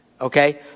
Okay